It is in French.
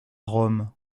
rome